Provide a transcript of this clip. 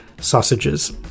sausages